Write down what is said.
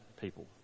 people